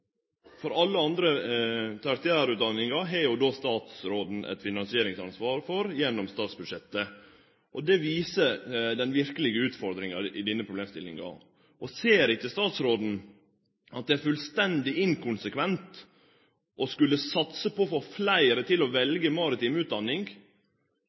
gjennom statsbudsjettet. Det viser den verkelege utfordringa i denne problemstillinga. Ser ikkje statsråden at det er fullstendig inkonsekvent å skulle satse på å få fleire til å